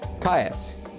Caius